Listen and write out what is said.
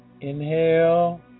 inhale